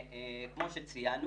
מה שציינו,